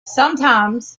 sometimes